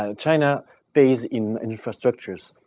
um china pays in infrastructures,